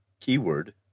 Keyword